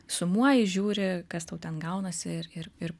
sumuoji žiūri kas tau ten gaunasi ir ir ir